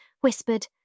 whispered